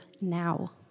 now